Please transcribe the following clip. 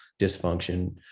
dysfunction